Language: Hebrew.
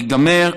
ייגמר,